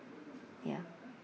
ya